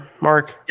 Mark